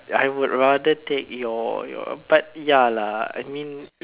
I would rather take your your but ya lah I mean it's